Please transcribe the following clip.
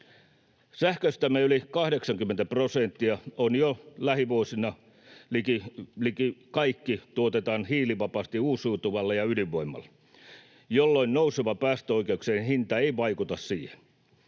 Sähköstämme yli 80 prosenttia ja jo lähivuosina liki kaikki tuotetaan hiilivapaasti uusiutuvilla ja ydinvoimalla, jolloin nouseva päästöoikeuksien hinta ei vaikuta siihen.